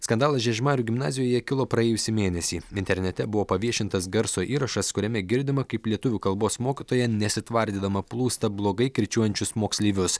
skandalas žiežmarių gimnazijoje kilo praėjusį mėnesį internete buvo paviešintas garso įrašas kuriame girdima kaip lietuvių kalbos mokytoja nesitvardydama plūsta blogai kirčiuojančius moksleivius